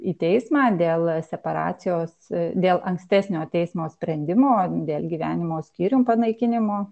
į teismą dėl separacijos dėl ankstesnio teismo sprendimo dėl gyvenimo skyrium panaikinimo